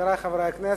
חברי חברי הכנסת,